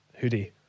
hoodie